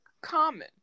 common